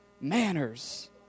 manners